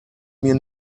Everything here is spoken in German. mir